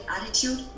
attitude